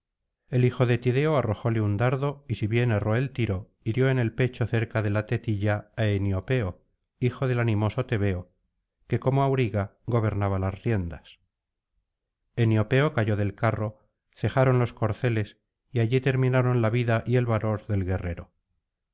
el hij f de tideo arrojóle un dardo y si bien erró el tiro hirió en el pecho cerca de la tetilla á eniopeo hijo del animoso tebeo que como auriga gobernaba las riendas eniopeo cayó del carro cejaron los corceles y allí terminaron la vida y el valor del guerrero